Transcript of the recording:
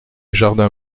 jardin